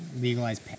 legalize